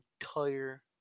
entire